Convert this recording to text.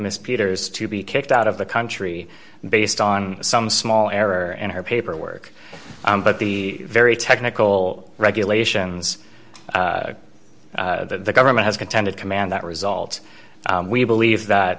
miss peters to be kicked out of the country based on some small error and her paperwork but the very technical regulations that the government has contended command that results we believe that